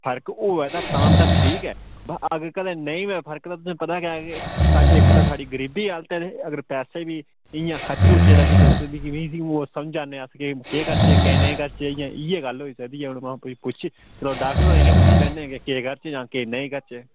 फर्क होऐ ते तां ते ठीक ऐ अगर कदें नेई होऐ फर्क ते तुसेंगी पता गै इक ते साढ़ी गरीबी हालत ते अगर पैसे बी इयां खर्ची ओड़चै फ्ही तुस बी ओह् समझै ने अस केह् करचै केह् नेई करचै इयां इ'यै गल्ल होई सकदी ऐ आं महा फिरी कुछ थोड़ा डाक्टर होरें गी पुच्छी लैने के केह् करचै जां केह् नेई करचै